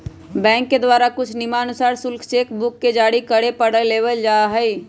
bank के द्वारा कुछ नियमानुसार शुल्क चेक बुक के जारी करे पर लेबल जा हई